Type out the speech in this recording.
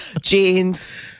Jeans